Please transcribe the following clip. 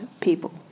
people